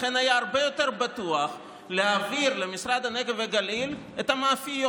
לכן היה הרבה יותר בטוח להעביר למשרד הנגב והגליל את המאפיות.